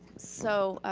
so,